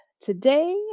today